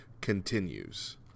Continues